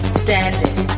standing